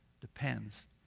depends